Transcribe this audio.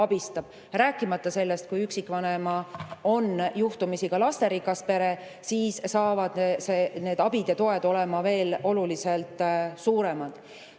Rääkimata sellest, kui üksikvanema pere on juhtumisi lasterikas pere – siis saavad need abid ja toed olema oluliselt suuremad.